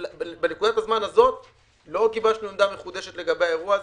בנקודת הזמן הזו לא גיבשנו עמדה מחודשת לגבי האירוע הזה.